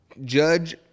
judge